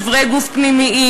איברי גוף פנימיים,